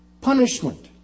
punishment